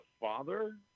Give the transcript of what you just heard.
father